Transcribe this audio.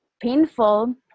painful